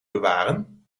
bewaren